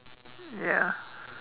ya